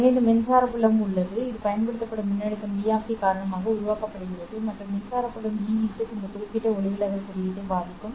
எனவே இந்த மின்சார புலம் உள்ளது இது பயன்படுத்தப்படும் மின்னழுத்தம் v காரணமாக உருவாக்கப்படுகிறது மற்றும் மின்சார புலம் Ez இந்த குறிப்பிட்ட ஒளிவிலகல் குறியீட்டை பாதிக்கும்